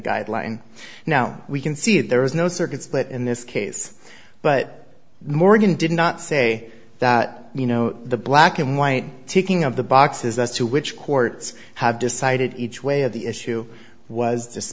guideline now we can see there was no circuit split in this case but morgan did not say that you know the black and white ticking of the boxes as to which courts have decided each way of the issue was